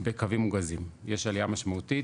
בקווים מוגזים, יש עלייה משמעותית